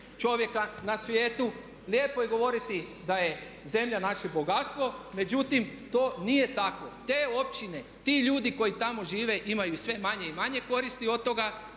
čovjeka na svijetu, lijepo je govoriti da je zemlja naše bogatstvo međutim to nije tako. Te općine, ti ljudi koji tamo žive imaju sve manje i manje koristi od toga.